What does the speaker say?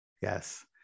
Yes